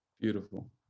Beautiful